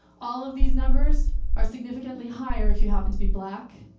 all of these numbers are significantly higher if you happen to be black,